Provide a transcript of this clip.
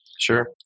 Sure